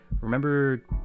remember